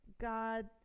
God